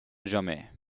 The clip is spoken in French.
jamais